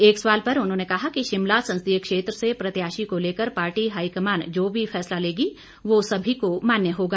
एक सवाल पर उन्होंने कहा कि शिमला संसदीय क्षेत्र से प्रत्याशी को लेकर पार्टी हाईकमान जो भी फैसला लेगी व सभी को मान्य होगा